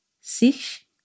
sich